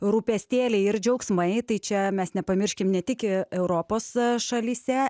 rūpestėliai ir džiaugsmai tai čia mes nepamirškim ne tik europos šalyse